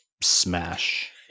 smash